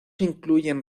incluyen